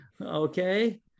Okay